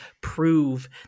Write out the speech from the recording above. prove